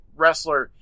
wrestler